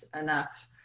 enough